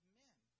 men